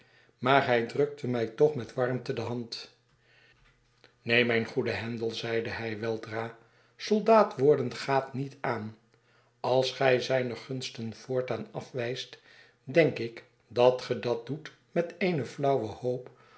maar hij drukte mij toch met warmte de hand neen mijn goede handel zeide hij weldra soldaat worden gaat niet aan als gij zijne gunsten voortaan afwijst denk ik dat ge dat doet met eene flauwe hoop